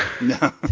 no